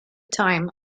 time